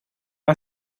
are